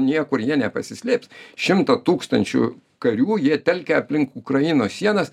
niekur jie nepasislėps šimtą tūkstančių karių jie telkia aplink ukrainos sienas